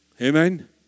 Amen